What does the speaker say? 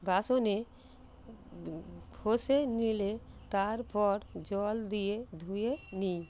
বাসনে ঘষে নিলে তারপর জল দিয়ে ধুয়ে নিই